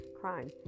crime